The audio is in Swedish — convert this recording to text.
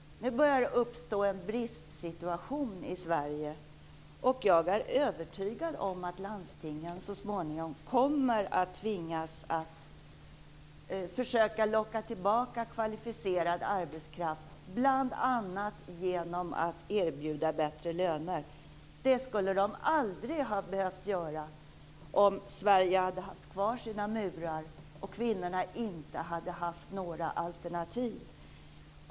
Nu börjar det uppstå en bristsituation i Sverige, och jag är övertygad om att landstingen så småningom kommer att tvingas att försöka locka tillbaka kvalificerad arbetskraft bl.a. genom att erbjuda bättre löner. Det skulle de aldrig ha behövt göra om Sverige hade haft kvar sina murar och kvinnorna inte hade haft några alternativ.